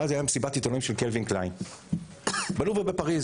ואז הייתה מסיבת עיתונאים של קווין קליין בלובר בפריז.